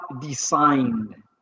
design